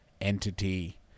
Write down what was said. entity